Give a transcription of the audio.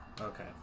Okay